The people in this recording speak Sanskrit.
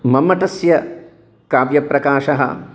मम्मटस्य काव्यप्रकाशः